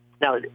Now